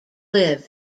live